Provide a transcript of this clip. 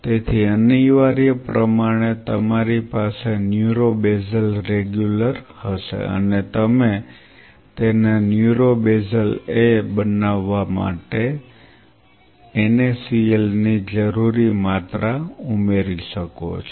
તેથી અનિવાર્યપણે તમારી પાસે ન્યુરો બેઝલ રેગ્યુલર હશે અને તમે તેને ન્યુરો બેઝલ A બનાવવા માટે NaCl ની જરૂરી માત્રા ઉમેરી શકો છો